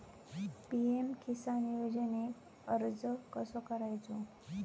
PM किसान योजनेक अर्ज कसो करायचो?